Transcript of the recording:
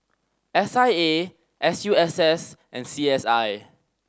S I A S U S S and C S I